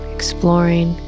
Exploring